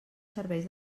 serveis